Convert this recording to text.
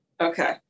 Okay